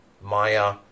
Maya